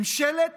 ממשלת